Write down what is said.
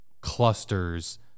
clusters